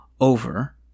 over